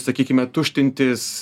sakykime tuštintis